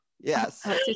Yes